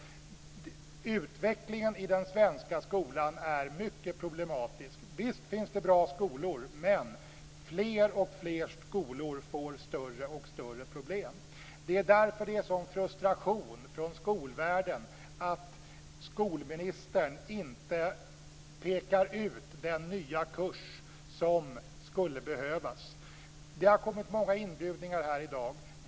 Utvecklingen i den svenska skolan är mycket problematisk. Visst finns det bra skolor, men fler och fler skolor får större och större problem. Det är därför det är sådan frustration från skolvärlden över att skolministern inte pekar ut den nya kurs som skulle behövas. Det har kommit många inbjudningar i dag.